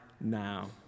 now